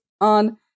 on